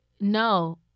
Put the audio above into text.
No